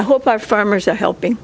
i hope our farmers are helping